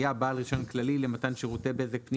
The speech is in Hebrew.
היה בעל רישיון כללי למתן שירותי בזק פנים